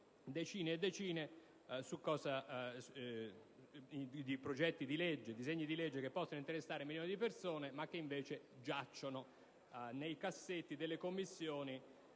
decine e decine di progetti di legge e di disegni di legge che possono interessare milioni di persone, ma che invece giacciono nei cassetti delle Commissioni